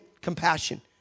compassion